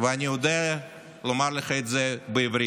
ואני יודע לומר לך את זה בעברית,